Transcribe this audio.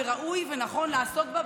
וראוי ונכון לעסוק בה.